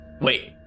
Wait